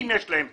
אם יש להם בית.